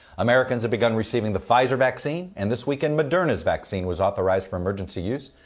americans have begun receiving the pfizer vaccine and this weekend moderna's vaccine was authorized for emergency use,